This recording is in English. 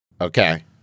Okay